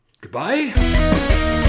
goodbye